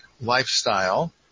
lifestyle